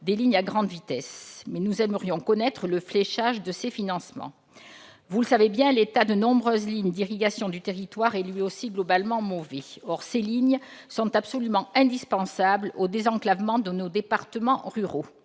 des lignes à grande vitesse, mais nous aimerions connaître le fléchage de ces financements. Vous le savez, l'état de nombreuses lignes d'irrigation du territoire est lui aussi globalement mauvais. Or ces lignes sont absolument indispensables au désenclavement de nos départements ruraux.